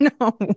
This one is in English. No